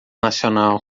nacional